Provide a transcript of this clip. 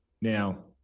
Now